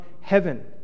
heaven